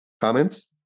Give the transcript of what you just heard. Comments